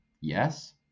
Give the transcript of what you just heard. Yes